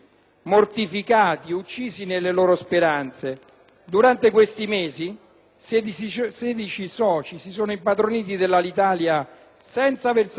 Durante questi mesi, i 16 soci si sono impadroniti di Alitalia senza versare un euro. Collega Gramazio,